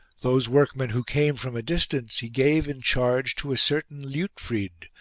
those workmen who came from a distance he gave in charge to a certain liutfrid,